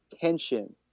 tension